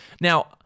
Now